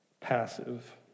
passive